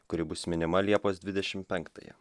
kuri bus minima liepos dvidešimt penktąją